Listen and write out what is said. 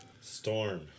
Storm